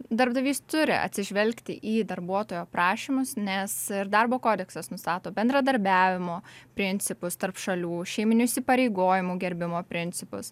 darbdavys turi atsižvelgti į darbuotojo prašymus nes darbo kodeksas nustato bendradarbiavimo principus tarp šalių šeiminių įsipareigojimų gerbimo principus